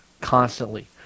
constantly